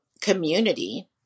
community